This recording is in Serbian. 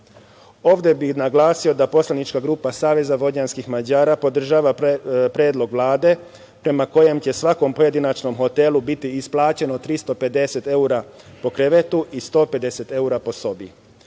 Ovde bih naglasio da poslanička grupa SVM podržava predlog Vlade prema kojem će svakom pojedinačnom hotelu biti isplaćeno 350 eura po krevetu i 150 eura po